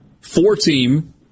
four-team